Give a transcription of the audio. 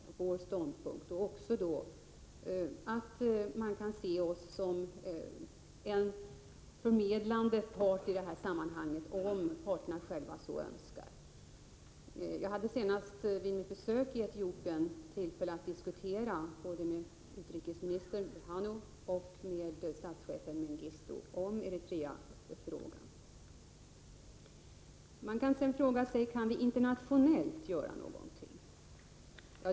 Vi har också sagt att man kan se oss som en förmedlande part i det här sammanhanget, om parterna själva så önskar. Senast vid mitt besök i Etiopien hade jag tillfälle att diskutera både med utrikesminister Berhanu Bayih och med statschefen Mengistu om Eritreafrågan. Man kan också fråga sig: Kan vi internationellt göra någonting?